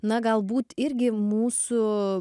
na galbūt irgi mūsų